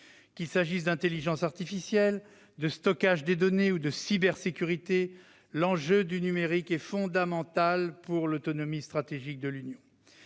Qu'il s'agisse d'intelligence artificielle, de stockage des données ou de cybersécurité, l'enjeu du numérique est fondamental pour l'autonomie stratégique de l'Union.